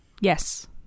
Yes